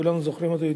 כולנו זוכרים אותו,